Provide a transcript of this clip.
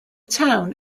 town